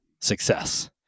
success